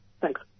Thanks